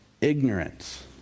Ignorance